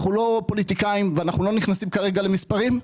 אנחנו לא פוליטיקאים ולא נכנסים כרגע למספרים.